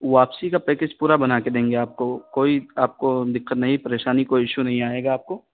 واپسی کا پیکج پورا بنا کے دیں گے آپ کو کوئی آپ کو دقت نہیں پریشانی کوئی ایشو نہیں آئے گا آپ کو